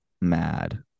mad